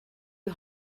you